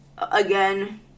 again